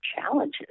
challenges